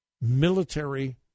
military